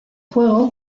juego